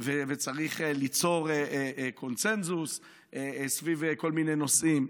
ליצור קונסנזוס סביב כל מיני נושאים,